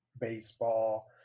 baseball